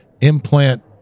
implant